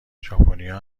ژاپنیا